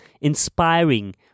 INSPIRING